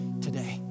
today